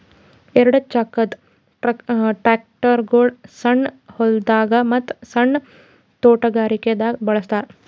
ಎರಡ ಚಾಕದ್ ಟ್ರ್ಯಾಕ್ಟರ್ಗೊಳ್ ಸಣ್ಣ್ ಹೊಲ್ದಾಗ ಮತ್ತ್ ಸಣ್ಣ್ ತೊಟಗಾರಿಕೆ ದಾಗ್ ಬಳಸ್ತಾರ್